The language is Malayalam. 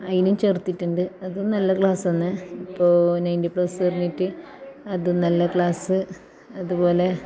അതിന് ചേർത്തിട്ടുണ്ട് അതും നല്ല ക്ലാസ് തന്നെ ഇപ്പോൾ നയൻറ്റി പ്ലസ് പറഞ്ഞിട്ട് അത് നല്ല ക്ലാസ് അതുപോലെ